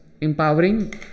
empowering